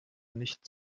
nicht